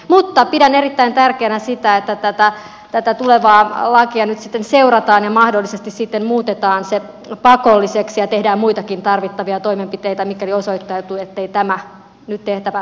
mutta pidän erittäin tärkeänä sitä että tätä tulevaa lakia nyt sitten seurataan ja mahdollisesti sitten muutetaan rikostaustan selvittäminen pakolliseksi ja tehdään muitakin tarvittavia toimenpiteitä mikäli osoittautuu ettei tämä nyt tehtävä laki ole riittävä